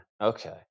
okay